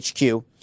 HQ